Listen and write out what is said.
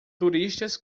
turistas